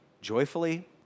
joyfully